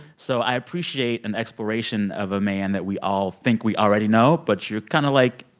so i appreciate an exploration of a man that we all think we already know, but you're kind of like,